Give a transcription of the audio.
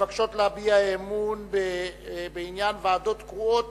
המבקשות להציע אי-אמון בעניין ועדות קרואות